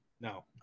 No